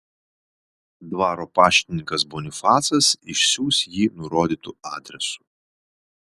dvaro paštininkas bonifacas išsiųs jį nurodytu adresu